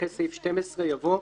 אחרי סעיף 12 יבוא: